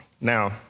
Now